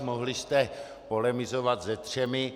Mohli jste polemizovat se třemi.